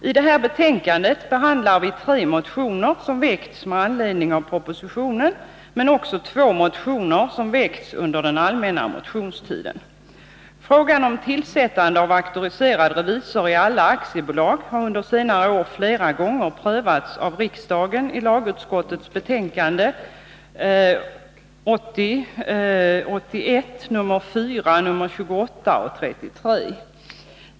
I betänkandet behandlas tre motioner som väckts med anledning av propositionen och två som väckts under den allmänna motionstiden. Frågan om tillsättande av auktoriserad revisor i alla aktiebolag har under senare år flera gånger prövats av riksdagen och redovisats i lagutskottets betänkanden 1980/81:4, 28 och 33.